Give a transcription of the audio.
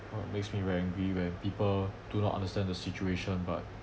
what makes me very angry when people do not understand the situation but